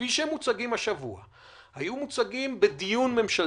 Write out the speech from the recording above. כפי שהם מוצגים השבוע, היו מוצגים בדיון ממשלתי,